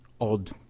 odd